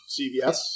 CVS